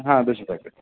হ্যাঁ বেশি থাকবে